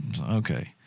okay